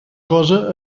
cosa